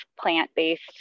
plant-based